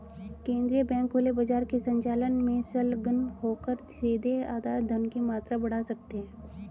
केंद्रीय बैंक खुले बाजार के संचालन में संलग्न होकर सीधे आधार धन की मात्रा बढ़ा सकते हैं